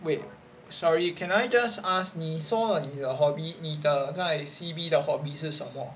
wait sorry can I just ask 你说了你的 hobby 你的你在 C_B 的 hobby 是什么